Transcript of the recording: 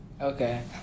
Okay